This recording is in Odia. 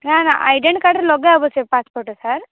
ନା ନା ଆଇଡ଼େଣ୍ଟିଟି କାର୍ଡ଼୍ ରେ ଲଗା ହେବ ସେ ପାସପୋର୍ଟ୍ ଟା ସାର୍